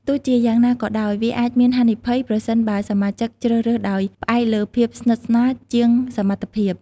ទោះជាយ៉ាងណាក៏ដោយ វាអាចមានហានិភ័យប្រសិនបើសមាជិកជ្រើសរើសដោយផ្អែកលើភាពស្និទ្ធស្នាលជាងសមត្ថភាព។